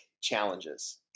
challenges